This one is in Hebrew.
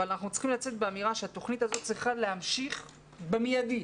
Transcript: אבל אנחנו צריכים לצאת באמירה שהתוכנית הזאת צריכה להמשיך באופן מידי,